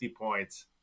points